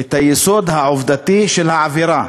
את היסוד העובדתי של העבירה,